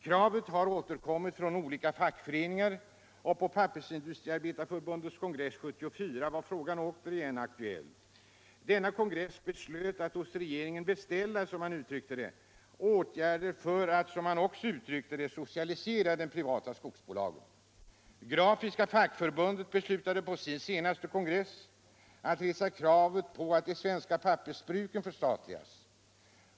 Kravet har återkommit från olika fackföreningar, och på Pappersindustriarbetareförbundets kongress 1974 var frågan åter aktuell. Denna kongress beslöt att hos regeringen beställa, som man uttryckte det, åtgärder för att, som man också uttryckte det, socialisera de privata skogs bolagen. Grafiska fackförbundet beslöt på sin senaste kongress att resa kravet på att de svenska pappersbruken förstatligas.